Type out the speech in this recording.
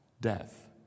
death